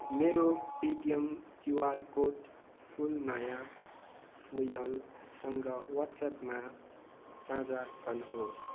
मेरो Paytm QR code Phulmaya फुँयालसँग वाड्सएपमा साझा गर्नुहोस्